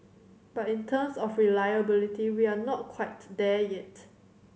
but in terms of reliability we are not quite there yet